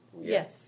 Yes